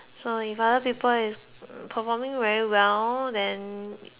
so if other people is performing very well then